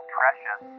precious